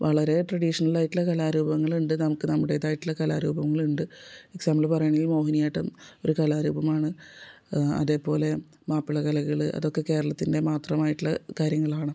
വളരെ ട്രഡീഷനലായിട്ട് ഉള്ള കലാരൂപങ്ങൾ ഉണ്ട് നമുക്ക് നമ്മുടെതായിട്ട് ഉള്ള കലാരൂപങ്ങൾ ഉണ്ട് എക്സാംബിള് പറയുവാണെങ്കിൽ മോഹിനിയാട്ടം ഒരു കലാരൂപമാണ് അതേ പോലെ മാപ്പിളകലകൾ അതൊക്കെ കേരളത്തിൻ്റെ മാത്രമായിട്ട് ഉള്ള കാര്യങ്ങളാണ്